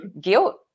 guilt